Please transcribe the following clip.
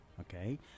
okay